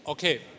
Okay